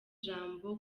ijambo